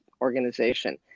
organization